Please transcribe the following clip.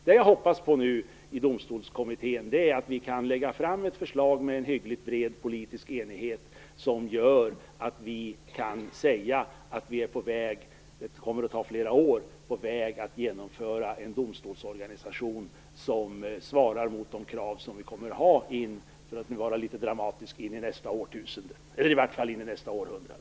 Det jag hoppas på i Domstolskommittén är att vi kan lägga fram ett förslag med en hyggligt bred politisk enighet, som gör att vi kan säga att vi är på väg - det kommer att ta flera år - att genomföra en domstolsorganisation som svarar mot de krav som vi, litet dramatiskt uttryckt, kommer att ställa i nästa århundrade.